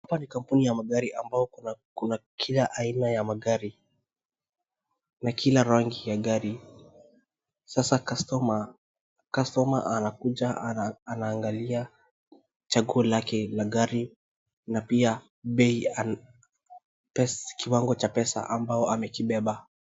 Hapa ni kampuni ya magari ambao kuna kila aina ya magari na kila rangi ya gari. Sasa customer customer anakuja anaangalia chaguo lake la gari na pia bei, pesa kiwango cha pesa ambao amekibeba.